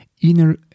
inner